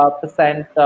percent